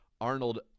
Arnold